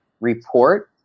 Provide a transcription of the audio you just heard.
report